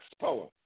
power